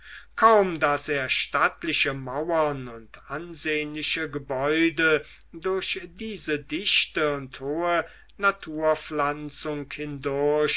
kaum daß er stattliche mauern und ansehnliche gebäude durch diese dichte und hohe naturpflanzung